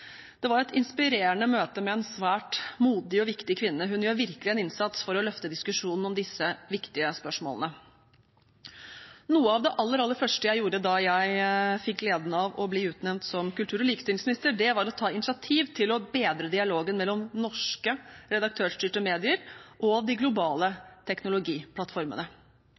Det var et inspirerende møte med en svært modig og viktig kvinne. Hun gjør virkelig en innsats for å løfte diskusjonen om disse viktige spørsmålene. Noe av det aller første jeg gjorde da jeg fikk gleden av å bli utnevnt som kultur- og likestillingsminister, var å ta initiativ til å bedre dialogen mellom norske redaktørstyrte medier og de globale teknologiplattformene.